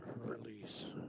release